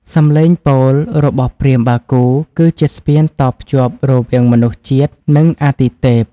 សំឡេងពោលរបស់ព្រាហ្មណ៍បាគូ គឺជាស្ពានតភ្ជាប់រវាងមនុស្សជាតិ និងអាទិទេព។